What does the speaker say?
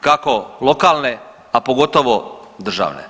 kako lokalne, a pogotovo državne.